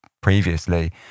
previously